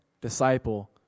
disciple